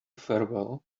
farewell